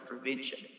prevention